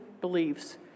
beliefs